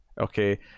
okay